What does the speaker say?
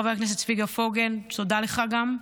חבר הכנסת צביקה פוגל, תודה לך גם,